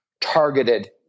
targeted